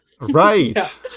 Right